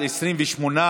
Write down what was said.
חוק זכויות בעלי חיים (העברת סמכויות הוועדה בכנסת)